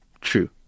true